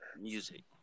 music